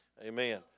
Amen